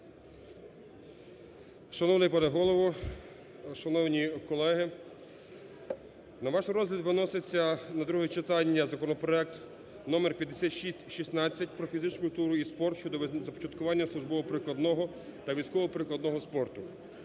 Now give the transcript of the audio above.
Шановний пане Голово! Шановні колеги! На ваш розгляд виноситься, на друге читання, законопроект (№ 5616) про фізичну культури і спорт щодо започаткування службово-прикладного та військово-прикладного спорту.